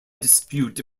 dispute